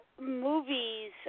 movies